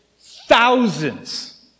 thousands